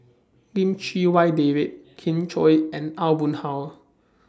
Lim Chee Wai David Kin Chui and Aw Boon Haw